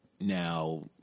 now